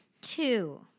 Two